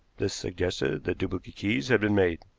this suggested that duplicate keys had been made.